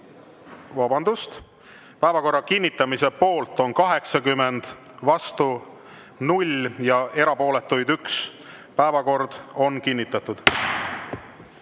Vabandust! Päevakorra kinnitamise poolt on 80 ja vastu 0, erapooletuid on 1. Päevakord on kinnitatud.